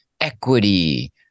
equity